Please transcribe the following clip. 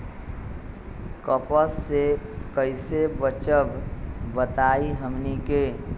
कपस से कईसे बचब बताई हमनी के?